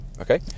okay